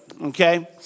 okay